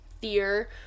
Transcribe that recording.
fear